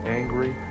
angry